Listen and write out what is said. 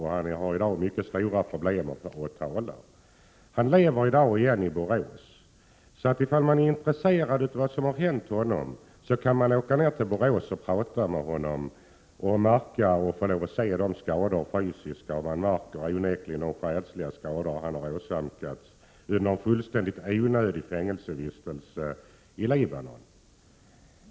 Han har i dag mycket stora problem att tala. Nu lever han i Borås, så om man är intresserad av vad som hänt honom kan man åka dit och tala med honom och se de fysiska skadorna. Man kommer även att märka de själsliga skador han åsamkats genom en fullständigt onödig fängelsevistelse i Libanon.